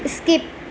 skip